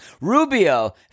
Rubio